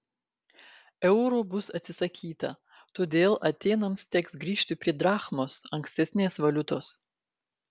euro bus atsisakyta todėl atėnams teks grįžti prie drachmos ankstesnės valiutos